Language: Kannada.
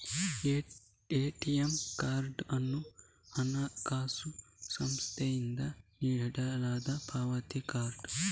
ಎ.ಟಿ.ಎಂ ಕಾರ್ಡ್ ಅನ್ನುದು ಹಣಕಾಸು ಸಂಸ್ಥೆಯಿಂದ ನೀಡಲಾದ ಪಾವತಿ ಕಾರ್ಡ್